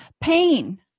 pain